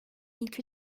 ilk